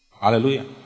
Hallelujah